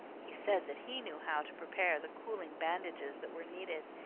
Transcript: he said that he knew how to prepare the cooling bandages that were needed,